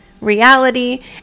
reality